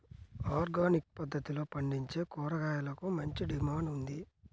organic పద్దతిలో పండించే కూరగాయలకు మంచి డిమాండ్ ఉంది